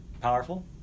powerful